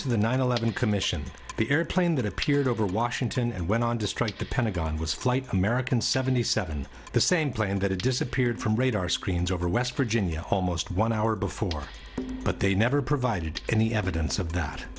to the nine eleven commission the airplane that appeared over washington and went on to strike the pentagon was flight american seventy seven the same plane that had disappeared from radar screens over west virginia home ost one hour before but they never provided any evidence of that